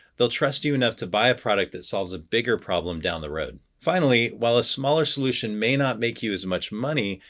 they'll trust you enough to buy a product that solves a bigger problem down the road. finally, while a smaller solution may not make you as much money,